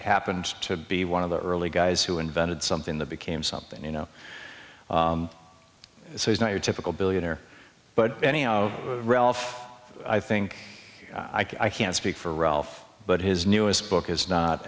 happened to be one of the early guys who invented something that became something you know so he's not your typical billionaire but any relf i think i can't speak for ralph but his newest book is not